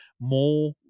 more